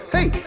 Hey